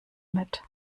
mit